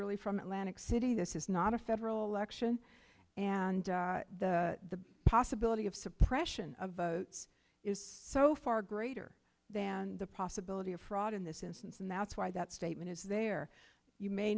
really from atlantic city this is not a federal election and the possibility of suppression of votes is so far greater than the possibility of fraud in this instance and that's why that statement is there you may